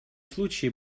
случае